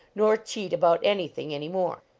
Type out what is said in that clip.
nor cheat about anything any more.